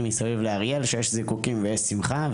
מסביב לאריאל שיש זיקוקים ויש שמחה.